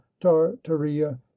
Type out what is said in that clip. tartaria